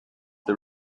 the